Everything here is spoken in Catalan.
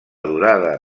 durada